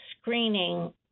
screening